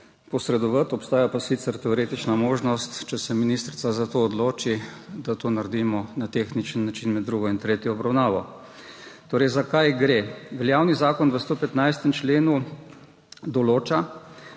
posredovati, obstaja pa sicer teoretična možnost, če se ministrica za to odloči, da to naredimo na tehničen način med drugo in tretjo obravnavo. Torej, za kaj gre? Veljavni zakon v 115. členu določa,